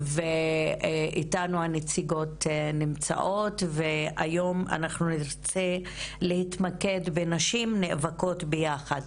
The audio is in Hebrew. ואיתנו הנציגות נמצאות והיום אנחנו נרצה להתמקד בנשים נאבקות ביחד,